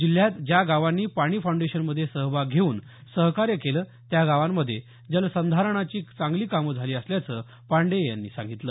जिल्ह्यात ज्या गावांनी पाणी फाऊंडेशनमध्ये सहभाग घेऊन सहकार्य केले त्या गावांमध्ये जलसंधारणाची चांगली कामे झाली असल्याचं पाण्डेय यांनी सांगितलं